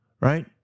Right